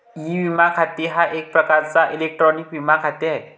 E विमा खाते हा एक प्रकारचा इलेक्ट्रॉनिक विमा खाते आहे